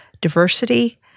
diversity